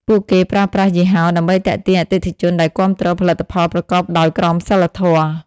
ពួកគេប្រើប្រាស់យីហោ ដើម្បីទាក់ទាញអតិថិជនដែលគាំទ្រផលិតផលប្រកបដោយក្រមសីលធម៌ ។